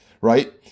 right